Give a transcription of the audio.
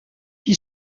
qui